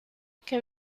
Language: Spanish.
que